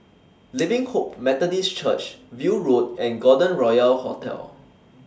Living Hope Methodist Church View Road and Golden Royal Hotel